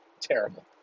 terrible